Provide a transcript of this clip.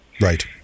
Right